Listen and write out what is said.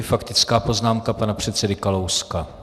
Faktická poznámka pana předsedy Kalouska.